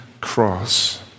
cross